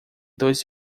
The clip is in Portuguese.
dois